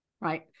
right